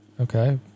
Okay